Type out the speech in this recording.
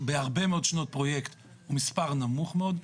בהרבה מאוד שנות פרויקט הוא מספר נמוך מאוד.